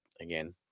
again